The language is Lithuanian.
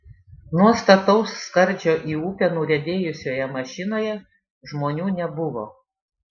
nuo stataus skardžio į upę nuriedėjusioje mašinoje žmonių nebuvo